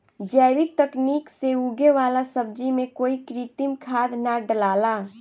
जैविक तकनीक से उगे वाला सब्जी में कोई कृत्रिम खाद ना डलाला